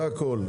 זה הכול.